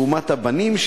לעומת הבנים,